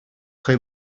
хӑй